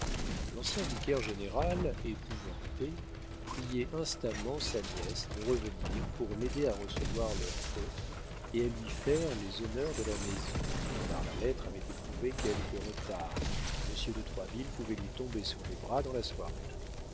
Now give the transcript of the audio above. xv l'ancien vicaire-général épouvanté priait instamment sa nièce de revenir pour l'aider à recevoir leur hôte et à lui faire les honneurs de la maison car la lettre avait éprouvé quelque retard monsieur de troisville pouvait lui tomber sur les bras dans la soirée